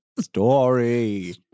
Story